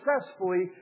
successfully